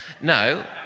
no